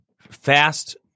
fast